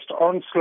onslaught